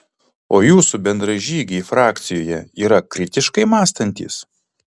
o jūsų bendražygiai frakcijoje yra kritiškai mąstantys